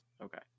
Okay